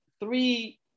Three